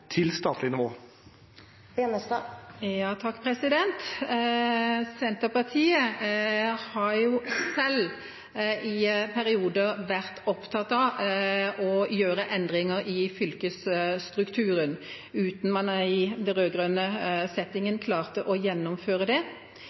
til statlig nivå? Senterpartiet har jo selv i perioder vært opptatt av å gjøre endringer i fylkesstrukturen, uten at man i den rød-grønne settingen klarte å gjennomføre det.